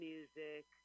Music